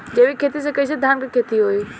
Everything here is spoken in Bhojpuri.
जैविक खेती से कईसे धान क खेती होई?